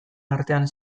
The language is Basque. artean